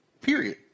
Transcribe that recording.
Period